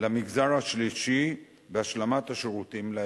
למגזר השלישי בהשלמת השירותים לאזרח.